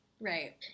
Right